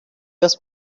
was